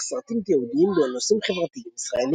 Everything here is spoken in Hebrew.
סרטים תיעודיים בנושאים חברתיים-ישראליים.